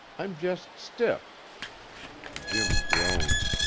i'm just stiff jim groaned.